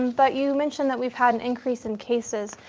but you mentioned that we've had an increase in cases.